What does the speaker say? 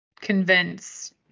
convince